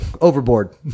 Overboard